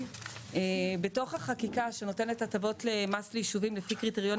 בתוך החקיקה שנותנת הטבות מס לישובים לפי קריטריונים